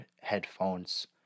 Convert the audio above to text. headphones